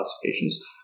classifications